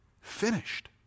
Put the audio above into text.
finished